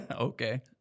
Okay